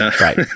Right